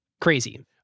Crazy